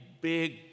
big